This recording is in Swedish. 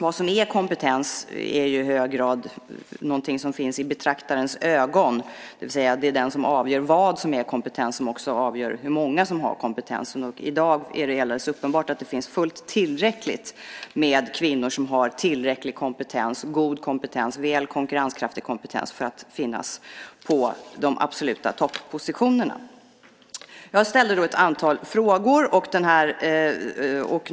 Vad som är kompetens är i hög grad någonting som finns i betraktarens ögon, det vill säga att det är den som avgör vad som är kompetens som också avgör hur många som har kompetensen. I dag är det alldeles uppenbart att det finns fullt tillräckligt med kvinnor som har tillräcklig kompetens - god kompetens, väl konkurrenskraftig kompetens - för att finnas på de absoluta toppositionerna. Jag ställde ett antal frågor.